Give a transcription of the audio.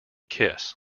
kiss